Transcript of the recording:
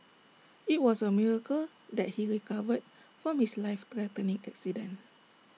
IT was A miracle that he recovered from his life threatening accident